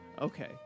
Okay